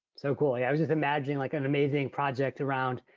so cool yeah. i was just imagining like an amazing project around,